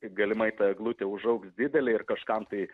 galimai ta eglutė užaugs didelė ir kažkam tai